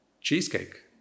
cheesecake